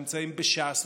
ונמצאים בש"ס,